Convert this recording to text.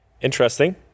Interesting